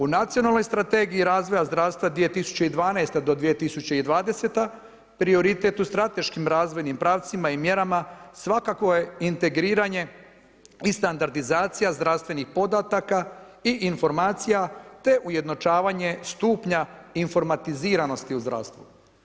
U Nacionalnoj strategiji razvoja zdravstva 2012.-2020. prioritet u strateškim razvojnim pravcima i mjerama svakako je integriranje i standardizacija zdravstvenih podataka i informacija, te ujednačavanje stupnja informatiziranosti u zdravstvu.